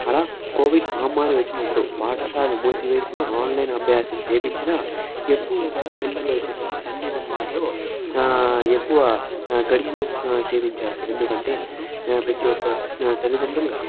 అలా కోవిడ్ మహమ్మారి వచ్చినప్పుడు పాఠశాల మూసివేసిన ఆన్లైన్ అభ్యాసం చేయించిన ఎక్కువుగా పిల్లలు వచ్చేసరికి తల్లిదండ్రులతో ఎక్కువ ఘడియలు సేవించారు ఎందుకంటే ప్రతి ఒక్క తల్లిదండ్రులు